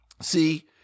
See